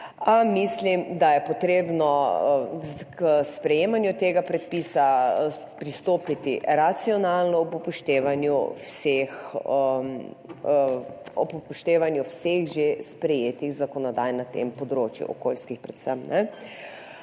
mislim, da je potrebno k sprejemanju tega predpisa pristopiti racionalno, ob upoštevanju vseh že sprejetih zakonodaj na tem področju, predvsem